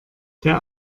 der